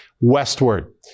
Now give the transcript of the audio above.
westward